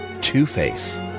Two-Face